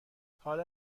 حالا